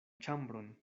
ĉambron